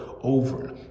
over